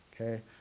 okay